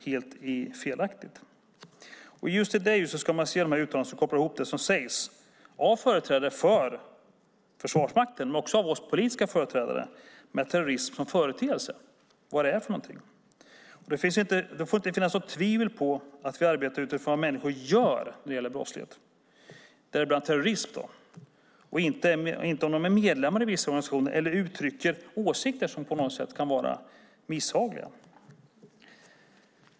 I det ljuset ska vi se dessa uttalanden som kopplar ihop det som sägs av företrädare för Försvarsmakten och av oss politiska företrädare med terrorism som företeelse. Det får inte råda något tvivel om att vi arbetar utifrån vad människor gör när det gäller brottslighet, däribland terrorism, inte om de är medlemmar i vissa organisationer eller uttrycker åsikter som på något sätt kan vara misshagliga.